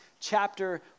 chapter